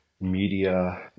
media